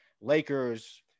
Lakers